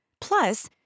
Plus